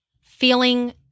feeling